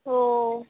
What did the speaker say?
हो